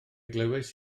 glywais